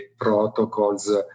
protocols